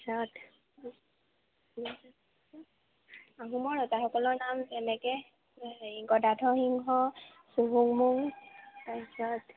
তাৰপিছত আহোমৰ ৰজাসকলৰ নাম তেনেকৈ গদাধৰ সিংহ চুহুংমুং তাৰপিছত